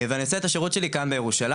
ואני עושה את השירות שלי כאן בירושלים,